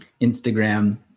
Instagram